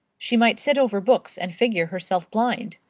she might sit over books and figure herself blind.